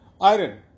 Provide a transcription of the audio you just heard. iron